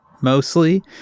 mostly